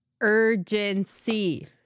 urgency